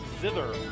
zither